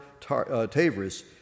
Tavris